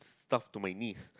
stuff to my niece